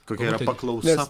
kokia yra paklausa